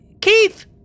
Keith